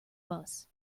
bus